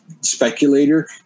speculator